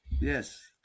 Yes